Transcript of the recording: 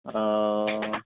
oh